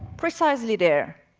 precisely there,